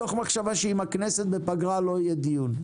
מתוך מחשבה שאם הכנסת בפגרה לא יהיה דיון.